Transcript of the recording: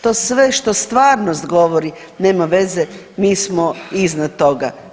To sve što stvarnost govori nema veze, mi smo iznad toga.